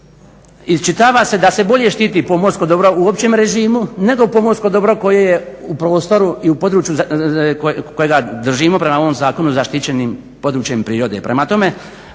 iščitava se da se bolje štiti pomorsko dobro u općem režimu nego pomorsko dobro koje je u prostoru i u području kojega držimo prema ovom zakonu zaštićenim područjem prirode.